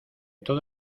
todo